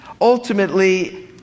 ultimately